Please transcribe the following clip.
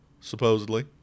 supposedly